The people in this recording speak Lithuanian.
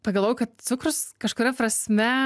pagalvojau kad cukrus kažkuria prasme